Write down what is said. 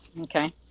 Okay